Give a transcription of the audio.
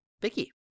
Vicky